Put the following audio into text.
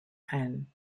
ein